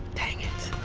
dang it!